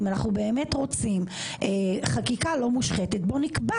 אם אנחנו באמת רוצים חקיקה לא מושחתת בואו נקבע